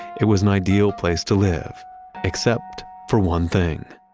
it was an ideal place to live except for one thing